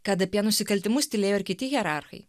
kad apie nusikaltimus tylėjo ir kiti hierarchai